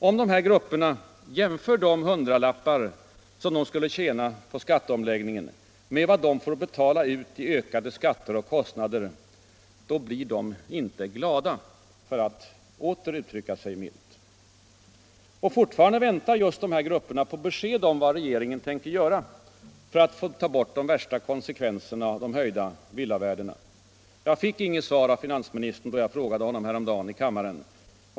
Om dessa grupper jämför de hundralappar de tror sig tjäna på skattesänkningen med vad de får betala ut i ökade skatter och kostnader, så blir de inte glada — för att åter uttrycka sig milt. Alltjämt väntar dessa grupper på besked om vad regeringen tänker göra för att ta bort de värsta konsekvenserna av de höjda villavärdena. Jag fick inget svar av finansministern, när jag häromdagen frågade honom här i kammaren.